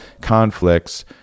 conflicts